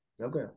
okay